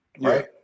Right